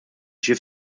ġie